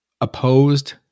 opposed